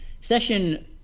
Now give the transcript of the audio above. Session